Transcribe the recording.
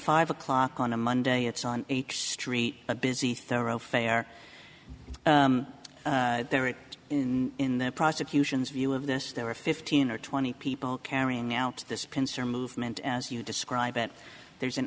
five o'clock on a monday it's on h street a busy thoroughfare there it is in the prosecution's view of this there were fifteen or twenty people carrying out this concern movement as you describe it there's an